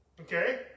Okay